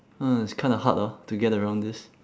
uh it's kinda hard ah to get around this